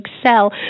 excel